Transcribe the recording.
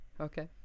Okay